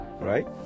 right